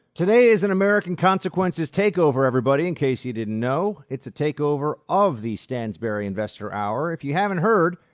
today is an american consequences takeover, everybody, in case you didn't know. it's a takeover of the stansberry investor hour. if you haven't heard,